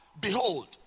Behold